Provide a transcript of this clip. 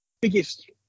biggest